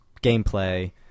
gameplay